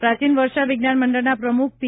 પ્રાચીન વર્ષા વિજ્ઞાન મંડળના પ્રમુખ પી